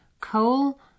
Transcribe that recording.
Coal